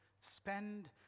spend